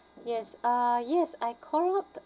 yes uh yes I call up to